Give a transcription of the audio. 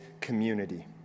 community